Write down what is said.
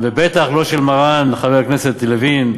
ובטח לא של מרן חבר הכנסת לוין.